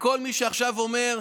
וכל מי שעכשיו אומר,